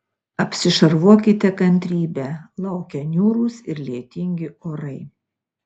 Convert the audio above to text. apsišarvuokite kantrybe laukia niūrūs ir lietingi orai